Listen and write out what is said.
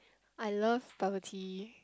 I love bubble tea